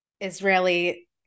israeli